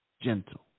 gentle